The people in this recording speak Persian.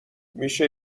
میشه